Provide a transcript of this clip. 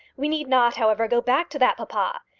we need not, however, go back to that, papa.